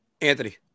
Anthony